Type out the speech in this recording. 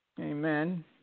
Amen